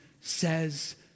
says